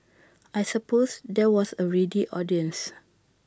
I suppose there was A ready audience